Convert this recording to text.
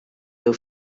jew